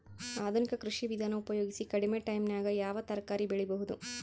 ಆಧುನಿಕ ಕೃಷಿ ವಿಧಾನ ಉಪಯೋಗಿಸಿ ಕಡಿಮ ಟೈಮನಾಗ ಯಾವ ತರಕಾರಿ ಬೆಳಿಬಹುದು?